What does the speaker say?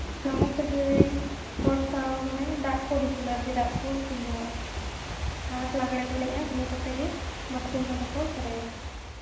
ᱞᱟᱸᱫᱟ ᱥᱟᱹᱜᱟᱹᱭ ᱦᱚᱲ ᱥᱟᱶ ᱢᱟᱱᱮ ᱫᱟᱜ ᱠᱚ ᱫᱩᱯᱩᱞᱟ ᱟᱨᱠᱤ ᱫᱟᱜ ᱠᱚ ᱫᱩᱞ ᱡᱚᱝᱟᱜᱼᱟ ᱟᱨ ᱞᱟᱜᱽᱬᱮ ᱠᱚ ᱮᱱᱮᱡᱼᱟ ᱤᱱᱟᱹ ᱠᱚᱛᱮ ᱜᱮ ᱵᱟᱥᱠᱮ ᱢᱟᱦᱟ ᱫᱚᱠᱚ ᱪᱟᱵᱟᱭᱟ